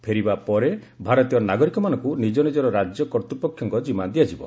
ଫେରିବା ପରେ ଭାରତୀୟ ନାଗରିକମାନଙ୍କୁ ନିଜ ନିଜର ରାଜ୍ୟ କର୍ତ୍ତ୍ୱପକ୍ଷଙ୍କ ଜିମା ଦିଆଯିବ